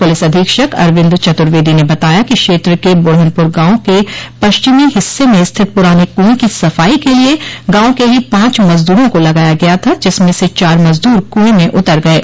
police अधीक्षक अरविन्द चतुर्वेदी ने बताया कि क्षेत्र के बुढ़नपुर गांव के पश्चिमी हिस्से में स्थित पुराने कुऐं की सफाई के लिये गांव के ही पांच मजदूरों को लगाया गया था जिसमें से चार मजदूर कुऐं में उतर गये